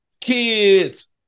kids